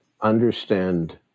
understand